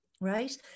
Right